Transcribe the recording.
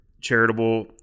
charitable